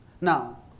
Now